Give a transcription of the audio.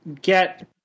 get